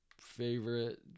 favorite